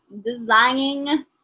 Designing